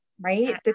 Right